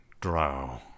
drow